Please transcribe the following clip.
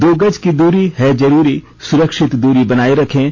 दो गज की दूरी है जरूरी सुरक्षित दूरी बनाए रखें